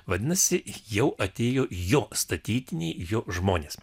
vadinasi jau atėjo jo statytiniai jo žmonės